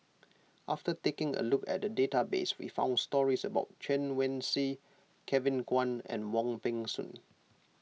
after taking a look at the database we found stories about Chen Wen Hsi Kevin Kwan and Wong Peng Soon